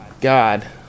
God